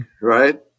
Right